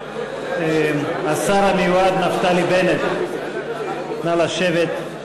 השר המיועד נפתלי בנט, נא לשבת.